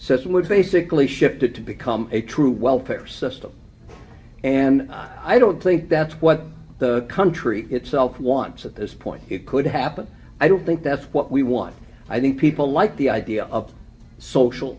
system which basically shifted to become a true welfare system and i don't think that's what the country itself wants at this point it could happen i don't think that's what we want i think people like the idea of social